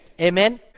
Amen